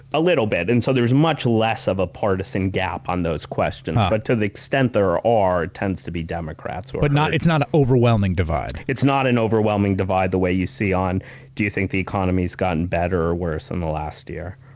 a little bit. and so there's much less of a partisan gap on those questions, but to the extent there are, it tends to be democrats. but it's not an overwhelming divide. it's not an overwhelming divide the way you see on do you think the economy's gotten better or worse in the last year?